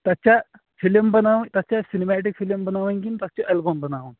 تَتھ چھےٚ فِلم بَناوٕنۍ تَتھ چھےٚ سِنِمیٹِک فِلِم بَناوٕنۍ کِنہٕ تَتھ چھِ اٮ۪لبم بَناوُن